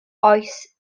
oes